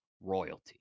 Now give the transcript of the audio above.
royalty